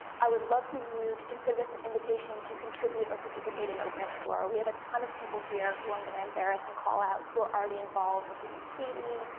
i would love for you to consider this an invitation to contribute or participate in open explorer. we have a ton of people here who i'm gonna embarrass and call out, who are already involved, including katy,